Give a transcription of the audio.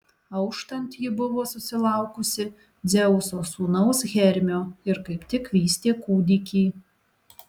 auštant ji buvo susilaukusi dzeuso sūnaus hermio ir kaip tik vystė kūdikį